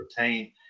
retain